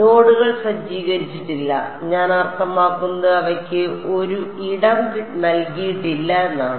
നോഡുകൾ സജ്ജീകരിച്ചിട്ടില്ല ഞാൻ അർത്ഥമാക്കുന്നത് അവയ്ക്ക് 1 ഇടം നൽകിയിട്ടില്ല എന്നാണ്